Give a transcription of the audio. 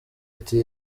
ati